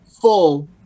full